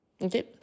Okay